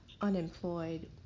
unemployed